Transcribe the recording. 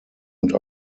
und